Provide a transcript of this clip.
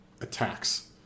attacks